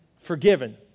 forgiven